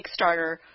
Kickstarter